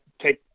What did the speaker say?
take